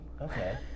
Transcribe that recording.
Okay